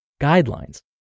guidelines